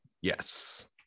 yes